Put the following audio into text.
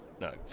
no